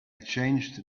changed